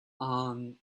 old